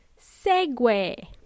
segway